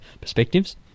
perspectives